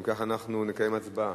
אם כך, אנחנו נקיים הצבעה.